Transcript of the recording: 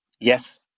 Yes